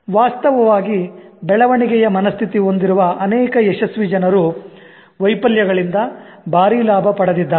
ವಾಸ್ತವವಾಗಿ ಬೆಳವಣಿಗೆಯ ಮನಸ್ಥಿತಿ ಹೊಂದಿರುವ ಅನೇಕ ಯಶಸ್ವಿ ಜನರು ವೈಫಲ್ಯಗಳಿಂದ ಭಾರೀ ಲಾಭ ಪಡೆದಿದ್ದಾರೆ